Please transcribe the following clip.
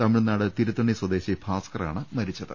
തമിഴ്നാട് തിരുത്തണ്ണി സ്വദേശി ഭാസ്കർ ആണ് മരിച്ചത്